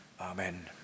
Amen